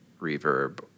reverb